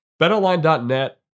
BetOnline.net